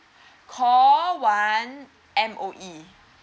call one M_O_E